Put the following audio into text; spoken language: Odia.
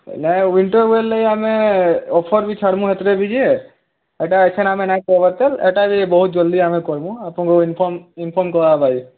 ନାଇ ୱିନ୍ଟର୍ ୱେର୍ ଲାଗି ଆମେ ଅଫର୍ ବି ଛାଡ଼ମୁ ହେଥିରେ ବି ଯେ ଏଟା ଏଖେନ୍ ଆମେ ନାଇଁ କର୍ବାର୍ ତାଏଲ୍ ହେଟା ବି ବହୁତ୍ ଜଲ୍ଦି ଆମେ କର୍ମୁ ଆପଣଙ୍କୁ ଇନଫର୍ମ ଇନଫର୍ମ କରାହେବା ଯେ